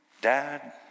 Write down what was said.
dad